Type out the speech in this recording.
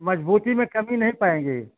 मजबूती में कमी नहीं पाएंगे